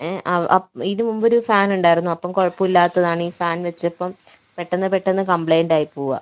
ഇതിന് മുമ്പൊരു ഫാൻ ഉണ്ടായിരുന്നു അപ്പം കുഴപ്പമില്ലാത്തതാണ് ഈ ഫാൻ വെച്ചപ്പം പെട്ടെന്ന് പെട്ടെന്ന് കംപ്ലൈൻറ്റായി പോവാണ്